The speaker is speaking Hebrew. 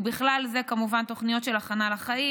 ובכלל זה כמובן תוכניות של הכנה לחיים,